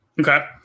Okay